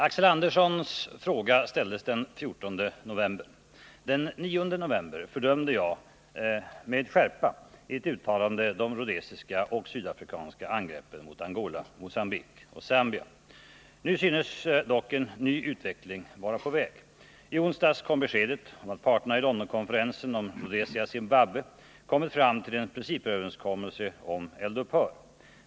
Axel Anderssons fråga ställdes den 14 november. Den 9 november fördömde jag med skärpa i ett uttalande de rhodesiska och sydafrikanska angreppen mot Angola, Mogambique och Zambia. Nu synes dock en ny utveckling vara på väg. I onsdags kom beskedet om att parterna i Londonkonferensen om Rhodesia-Zimbabwe kommit fram till en principöverenskommelse om eld upphör.